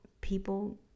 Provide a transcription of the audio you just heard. people